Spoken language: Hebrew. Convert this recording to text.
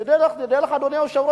אדוני היושב-ראש,